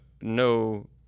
no